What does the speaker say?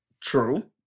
True